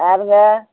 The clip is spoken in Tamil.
யாருங்க